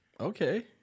Okay